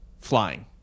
flying